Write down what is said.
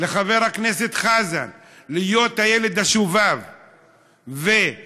לחבר הכנסת חזן להיות הילד השובב ולהמשיך